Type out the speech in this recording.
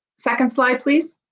second slide please.